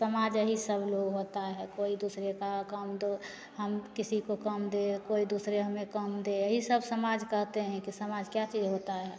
समाज अहि सब लोग होता है कोई दुसरे का काम दो हम किसी को काम दें कोई दुसरे हमें काम दें यही सब समाज कहते हैं कि समाज क्या चीज होता है